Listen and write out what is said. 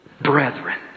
Brethren